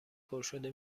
پرشده